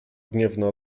gniewna